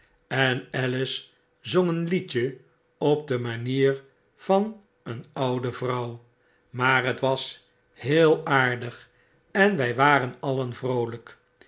en alice zong een liedje op de manier van een oude vrouw maar het was heel aardig en wy waren alien vroolyk